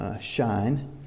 shine